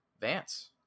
Vance